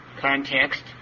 context